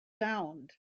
sound